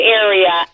area